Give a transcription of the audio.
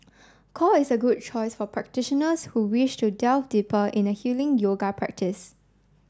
core is a good choice for practitioners who wish to delve deeper in a healing yoga practice